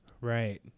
right